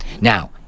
Now